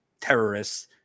terrorists